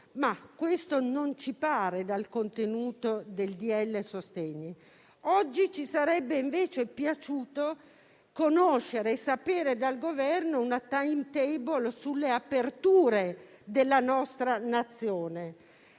Questo non ci pare dal contenuto del decreto-legge sostegni. Oggi ci sarebbe invece piaciuto conoscere dal Governo una *timetable* sulle aperture nella nostra Nazione.